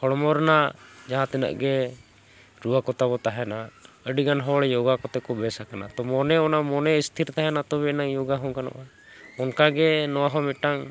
ᱦᱚᱲᱢᱚ ᱨᱮᱱᱟᱜ ᱡᱟᱦᱟᱸ ᱛᱤᱱᱟᱹᱜ ᱜᱮ ᱨᱩᱣᱟᱹ ᱠᱚᱛᱟ ᱵᱚ ᱛᱟᱦᱮᱱᱟ ᱟᱹᱰᱤ ᱜᱟᱱ ᱦᱚᱲ ᱡᱳᱜᱟ ᱠᱚᱛᱮ ᱠᱚ ᱵᱮᱥ ᱟᱠᱟᱱᱟ ᱛᱚ ᱢᱚᱱᱮ ᱚᱱᱟ ᱢᱚᱱᱮ ᱤᱥᱛᱷᱤᱨ ᱛᱟᱦᱮᱱᱟ ᱛᱚᱵᱮ ᱟᱱᱟᱜ ᱡᱳᱜᱟ ᱦᱚᱸ ᱜᱟᱱᱚᱜᱼᱟ ᱚᱱᱠᱟ ᱜᱮ ᱱᱚᱣᱟ ᱦᱚᱸ ᱢᱤᱫᱴᱟᱝ